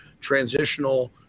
transitional